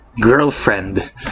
girlfriend